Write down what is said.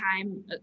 time